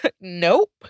nope